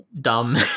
dumb